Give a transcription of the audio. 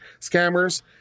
scammers